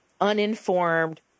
uninformed